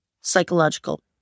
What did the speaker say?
psychological